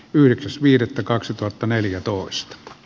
yhdeksäs viidettä kaksituhattaneljätoista